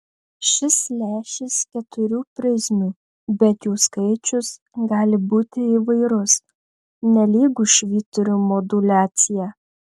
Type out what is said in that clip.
šis lęšis keturių prizmių bet jų skaičius gali būti įvairus nelygu švyturio moduliacija